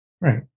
Right